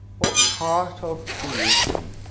what part of creation,